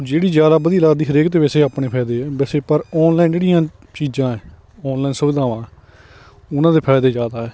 ਜਿਹੜੀ ਜ਼ਿਆਦਾ ਵਧੀਆ ਲੱਗਦੀ ਹਰੇਕ ਦੇ ਵਿਸ਼ੇ ਆਪਣੇ ਫਾਇਦੇ ਹੈ ਵੈਸੇ ਪਰ ਔਨਲਾਈਨ ਜਿਹੜੀਆਂ ਚੀਜ਼ਾਂ ਔਨਲਾਈਨ ਸੁਵਿਧਾਵਾਂ ਉਹਨਾਂ ਦੇ ਫਾਇਦੇ ਜ਼ਿਆਦਾ